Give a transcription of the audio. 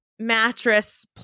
mattress